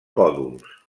còdols